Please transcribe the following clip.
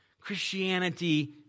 Christianity